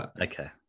Okay